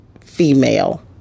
female